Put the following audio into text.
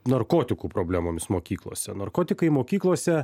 narkotikų problemomis mokyklose narkotikai mokyklose